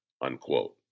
unquote